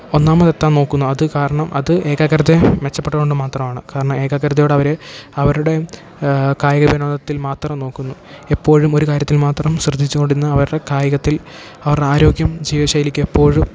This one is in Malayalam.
ഒന്നാമതെത്താൻ നോക്കുന്നു അത് കാരണം അത് ഏകാഗ്രതയേ മെച്ചപ്പെട്ടതു കൊണ്ട് മാത്രമാണ് കാരണം ഏകഗ്രതയോടവർ അവരുടെ കായിക വിനോദത്തിൽ മാത്രം നോക്കുന്നു എപ്പോഴും ഒരു കാര്യത്തിൽ മാത്രം ശ്രദ്ധിച്ചു കൊണ്ടിരുന്ന അവരുടെ കായികത്തിൽ അവരുടാരോഗ്യം ജീവിത ശൈലിക്കെപ്പോഴും